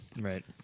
Right